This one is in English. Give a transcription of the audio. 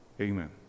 Amen